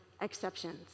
exceptions